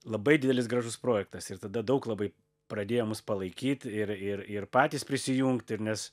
labai didelis gražus projektas ir tada daug labai pradėjo mus palaikyt ir ir ir patys prisijungt ir nes